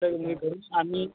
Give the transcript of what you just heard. sir मीकडून आम्ही